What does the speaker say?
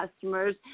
customers